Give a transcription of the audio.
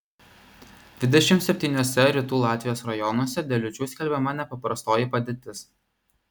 dvidešimt septyniuose rytų latvijos rajonuose dėl liūčių skelbiama nepaprastoji padėtis